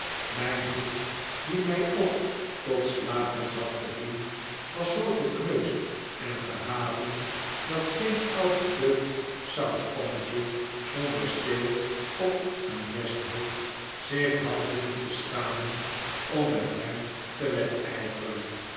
mijn hoed die mij ook tot slaapmuts had gediend was zoo gekneusd en gehavend dat geen oud gedeukt sauspannetje zonder steel op een mesthoop zich had hoeven te schamen om met hem te wedijveren